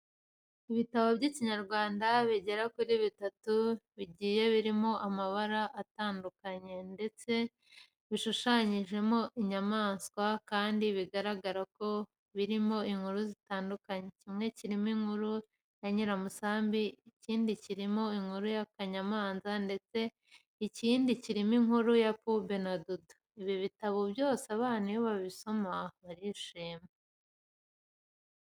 Ibitabo by'Ikinyarwanda bigera kuri bitatu bigiye birimo amabara atandukanye ndetse bishushanyijeho inyamaswa kandi biragaragara ko birimo inkuru zitandukanye. Kimwe kirimo inkuru ya Nyiramusambi, ikindi kirimo inkuru y'akanyamanza ndetse ikindi kirimo inkuru ya Pube na Dudu. Ibi bitabo byose abana iyo bari kubisoma barishima.